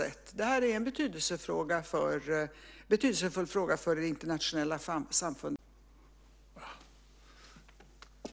Men det tål ju att påpekas, därför att FN är inte starkare än dess medlemmar vill att det ska vara.